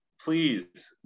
please